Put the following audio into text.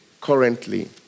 currently